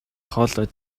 хоолой